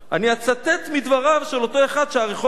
אני אצטט מדבריו של אותו אחד שהרחוב על שמו.